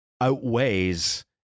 outweighs